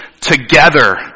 together